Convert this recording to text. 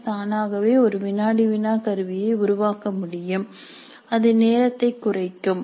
S தானாகவே ஒரு வினாடி வினா கருவியை உருவாக்க முடியும் அது நேரத்தைக் குறைக்கும்